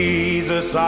Jesus